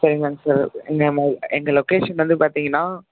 சரிங்களாங்க sir நம்ம எங்கள் location வந்து பார்த்தீங்கன்னா